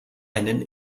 einen